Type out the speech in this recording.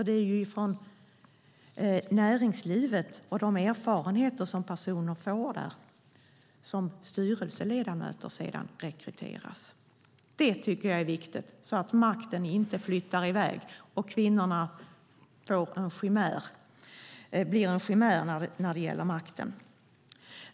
Det är nämligen från näringslivet och genom de erfarenheter personer får där som styrelseledamöter sedan rekryteras. Det tycker jag är viktigt, så att makten inte flyttar i väg och kvinnorna blir en chimär när det gäller makten.